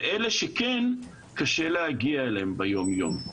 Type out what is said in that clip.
אלה שכן, קשה להגיע אליהם ביום-יום.